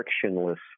frictionless